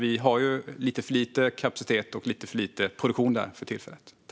Vi har ju lite för lite kapacitet och lite för lite produktion där för tillfället.